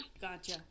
Gotcha